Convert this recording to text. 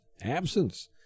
absence